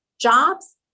Jobs